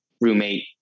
roommate